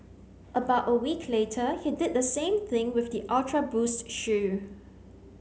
about a week later he did the same thing with the Ultra Boost shoe